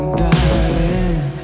darling